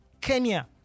Kenya